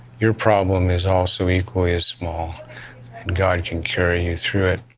your problem is also equally as small and god can carry you through it.